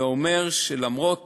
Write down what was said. זה אומר שלמרות,